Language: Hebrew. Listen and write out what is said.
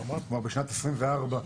כלומר בשנת 24',